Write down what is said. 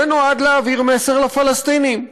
זה נועד להעביר מסר לפלסטינים,